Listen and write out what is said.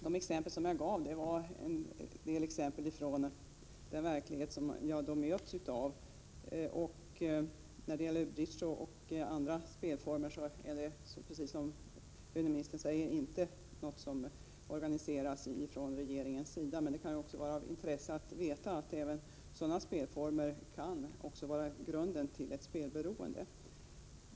De exempel som jag gav är från den verklighet som jag möter. När det gäller bridge och andra spelformer är det precis som löneministern säger inte något som organiserats från regeringens sida. Men det kan vara av intresse att veta att även sådana spelformer kan vara grunden till ett spelberoende.